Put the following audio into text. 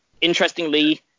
Interestingly